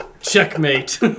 Checkmate